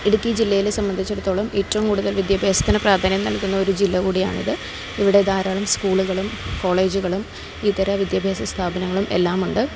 ഇടുക്കി ജില്ലേനെ സംബന്ധിച്ചിടത്തോളം ഏറ്റവും കടുതൽ വിദ്യാഭ്യാസത്തിനു പ്രാധാന്യം നൽകുന്ന ഒരു ജില്ല കൂടിയാണിത് ഇവിടെ ധാരാളം സ്കൂളുകളും കോളേജുകളും ഇതര വിദ്യാഭ്യാസ സ്ഥാപനങ്ങളും എല്ലാമുണ്ട്